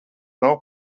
nav